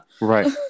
right